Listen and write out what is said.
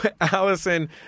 Allison